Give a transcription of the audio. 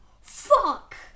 Fuck